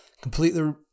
completely